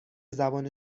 زبان